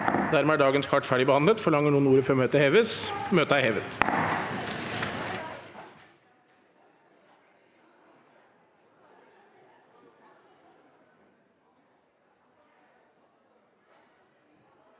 Dermed er dagens kart fer- digbehandlet. Forlanger noen ordet før møtet heves? – Møtet er hevet.